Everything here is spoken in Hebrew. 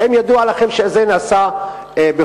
האם ידוע לכם שזה נעשה בפועל?